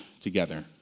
together